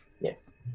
yes